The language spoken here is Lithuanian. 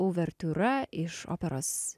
uvertiūra iš operos